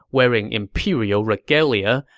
wearing imperial regalia,